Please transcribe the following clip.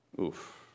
Oof